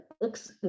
looks